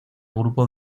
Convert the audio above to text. grupo